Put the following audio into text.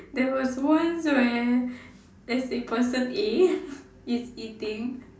there was once where there's a person A is eating